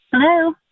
Hello